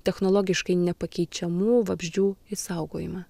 technologiškai nepakeičiamų vabzdžių išsaugojimą